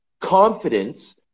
confidence